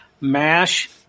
mash